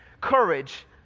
courage